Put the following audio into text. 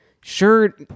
sure